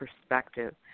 perspective